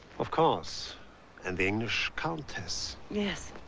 of course and the english countess. yes.